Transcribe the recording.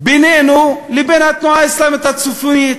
בינינו לבין התנועה האסלאמית הצפונית,